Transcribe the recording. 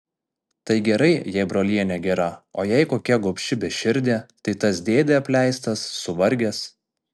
tai gerai jei brolienė gera o jei kokia gobši beširdė tai tas dėdė apleistas suvargęs